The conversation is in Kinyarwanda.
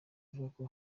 avuga